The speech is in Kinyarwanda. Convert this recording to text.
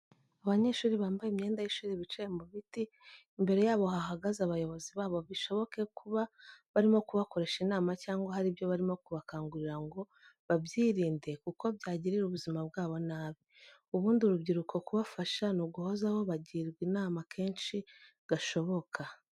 Abanyeshuri bambaye imyenda y'ishuri bicaye mu biti, imbere yabo hahagaze abayobozi babo bishoboke kuba barimo kubakoresha inama cyangwa hari ibyo barimo kubakangurira ngo babyirinde, kuko byagirira ubuzima bwabo nabi. Ubundi urubyiruko kubafasha ni uguhozaho bagirwa inama kenshi gashoboka.